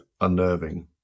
unnerving